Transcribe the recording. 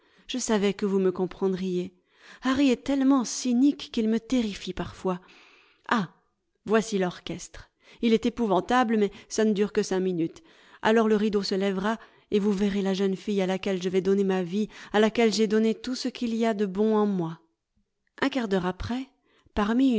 il faudra que vous